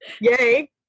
yay